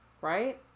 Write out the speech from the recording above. right